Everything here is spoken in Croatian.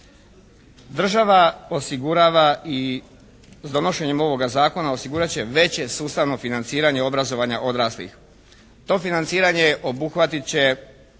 Država osigurava i s donošenjem ovoga zakona osigurat će veće sustavno financiranje obrazovanja odraslih. To financiranje obuhvatiti će